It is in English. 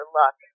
luck